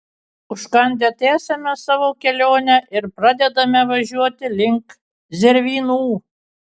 užkandę tęsiame savo kelionę ir pradedame važiuoti link zervynų